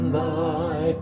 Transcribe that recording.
thy